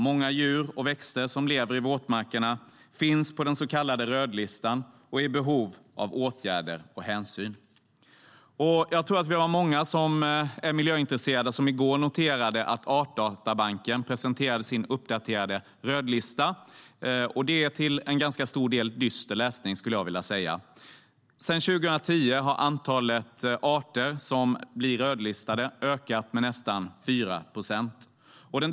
Många djur och växter som lever i våtmarkerna finns på den så kallade rödlistan och är i behov av åtgärder och hänsyn. Jag tror att vi var många miljöintresserade som i går noterade att Artdatabanken presenterade sin uppdaterade rödlista. Det är till en ganska stor del dyster läsning, skulle jag vilja säga. Sedan 2010 har antalet rödlistade arter ökat med nästan 4 procent.